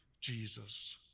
Jesus